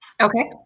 Okay